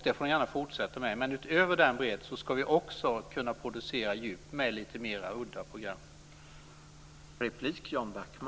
Det får de gärna fortsätta med. Men utöver den här bredden ska vi också kunna producera djup genom lite mer udda program.